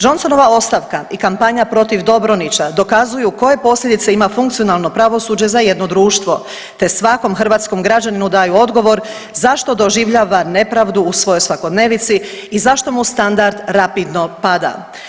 Johnsonova ostavka i kampanja protiv Dobronića dokazuju koje posljedice ima funkcionalno pravosuđe za jedno društvo, te svakom hrvatskom građaninu daju odgovor zašto doživljava nepravdu u svojoj svakodnevnici i zašto mu standard rapidno pada.